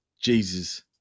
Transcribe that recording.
Jesus